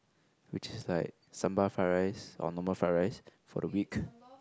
which is like sambal fried rice or normal fried rice for the weak